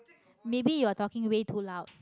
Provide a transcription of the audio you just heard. maybe you are talking way too loud